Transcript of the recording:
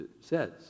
says